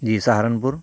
جی Saharanpur